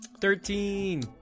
Thirteen